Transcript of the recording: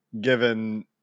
given